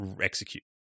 execute